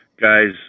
guys